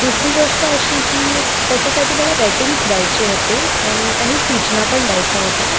दुसरी गोष्ट अशी की त्याच्यासाठी मला रॅटिंग्स द्यायचे होते आणि काही सूचना पण द्यायच्या होत्या